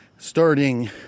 Starting